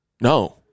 No